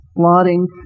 Plotting